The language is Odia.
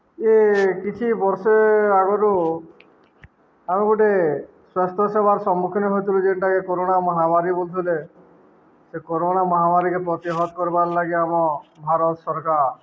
ଏ କିଛି ବର୍ଷେ ଆଗ୍ରୁ ଆମେ ଗୁଟେ ସ୍ୱାସ୍ଥ୍ୟସେବାର ସମ୍ମୁଖୀନ ହୋଇଥିଲୁ ଯେନ୍ଟାକି କରୋନା ମହାମାରୀ ବଲୁଥିଲେ ସେ କରୋନା ମହାମାରୀକେ ପ୍ରତିକାର୍ କର୍ବାର୍ ଲାଗି ଆମ ଭାରତ୍ ସର୍କାର୍